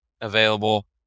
available